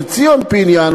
ציון פיניאן,